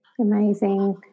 Amazing